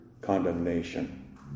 condemnation